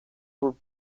were